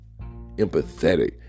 empathetic